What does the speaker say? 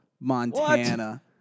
Montana